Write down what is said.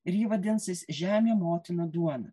ir ji vadinsis žemė motina duona